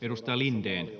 Edustaja Lindén.